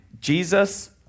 jesus